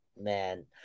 Man